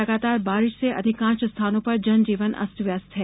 लगातार बारिश से अधिकांश स्थानों पर जनजीवन अस्त व्यस्त है